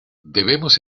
debemos